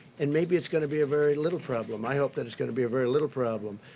and maybe it's going to be a very little problem. i hope that it's going to be a very little problem.